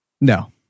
no